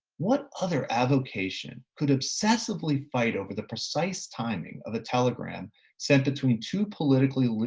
what other avocation could obsessively fight over the precise timing of the telegram sent between two politically,